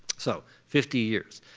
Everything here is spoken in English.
so fifty years.